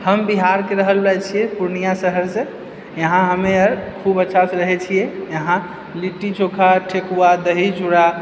हम बिहारके रहै वाला छियै पूर्णिया शहरसँ यहाँ हमे आर खूब अच्छासँ रहैत छियै यहाँ लिट्टी चोखा ठेकुआ दही चूड़ा